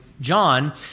John